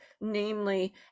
namely